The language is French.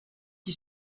qui